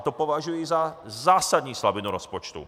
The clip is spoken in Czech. To považuji za zásadní slabinu rozpočtu.